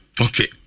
okay